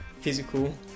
physical